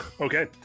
okay